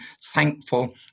thankful